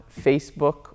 Facebook